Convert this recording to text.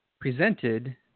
presented